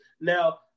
Now